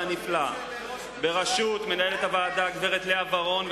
הנפלא בראשות מנהלת הוועדה גברת לאה ורון,